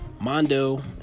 Mondo